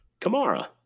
Kamara